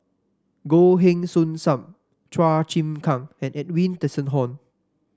Goh Heng Soon Sam Chua Chim Kang and Edwin Tessensohn